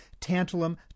tantalum